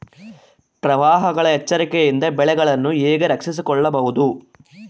ಪ್ರವಾಹಗಳ ಎಚ್ಚರಿಕೆಯಿಂದ ಬೆಳೆಗಳನ್ನು ಹೇಗೆ ರಕ್ಷಿಸಿಕೊಳ್ಳಬಹುದು?